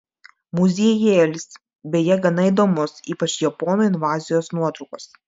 muziejėlis beje gana įdomus ypač japonų invazijos nuotraukos